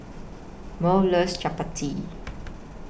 Maud loves Chapati